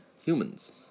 Humans